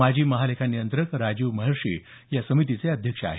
माजी महालेखा नियंत्रक राजीव महर्षी या समितीचे अध्यक्ष आहेत